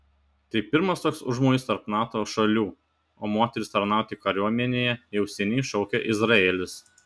tai pirmas toks užmojis tarp nato šalių o moteris tarnauti kariuomenėje jau seniai šaukia izraelis